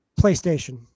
PlayStation